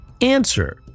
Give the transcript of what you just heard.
Answer